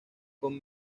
con